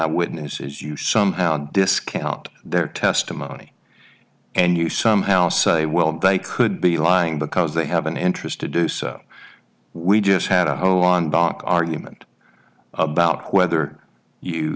witnesses you somehow discount their testimony and you somehow say well they could be lying because they have an interest to do so we just had a zero on back argument about whether you